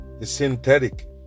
synthetic